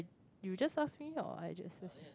you just asked me now I just <UNK